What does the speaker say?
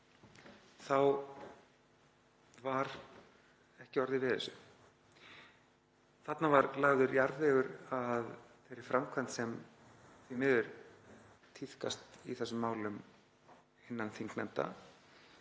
var ekki orðið við þessu. Þarna var lagður jarðvegur að þeirri framkvæmd sem því miður tíðkast í þessum málum innan þingnefnda